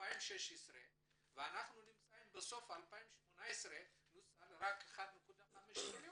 ב-2016 ואנחנו נמצאים בסוף 2018 כשנוצלו רק 1.5 מיליון.